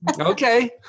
Okay